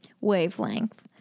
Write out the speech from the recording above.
wavelength